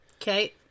Okay